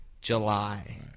July